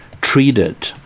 treated